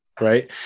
right